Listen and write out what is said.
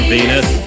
Venus